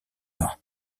mrs